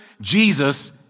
Jesus